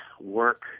work